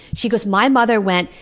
she goes, my mother went,